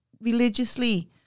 religiously